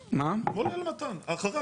כדי לגרום לכך שאנחנו